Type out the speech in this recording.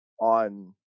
on